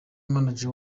manager